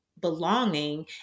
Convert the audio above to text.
belonging